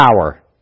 power